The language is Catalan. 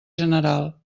general